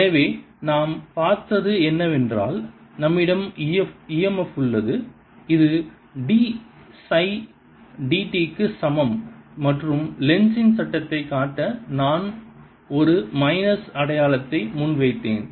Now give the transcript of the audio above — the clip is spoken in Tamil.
எனவே நாம் பார்த்தது என்னவென்றால் நம்மிடம் e m f உள்ளது இது d சை d t க்கு சமம் மற்றும் லென்ஸின் Lenz's சட்டத்தைக் காட்ட நான் ஒரு மைனஸ் அடையாளத்தை முன் வைத்தேன்